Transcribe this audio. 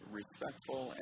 respectful